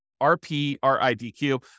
R-P-R-I-D-Q